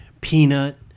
Peanut